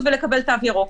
לצאת מבידוד ולקבל תו ירוק.